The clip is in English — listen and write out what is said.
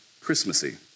Christmassy